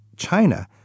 China